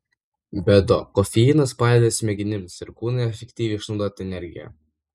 be to kofeinas padeda smegenims ir kūnui efektyviai išnaudoti energiją